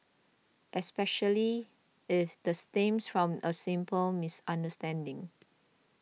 especially if the stems from a simple misunderstanding